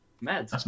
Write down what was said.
Mad